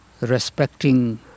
respecting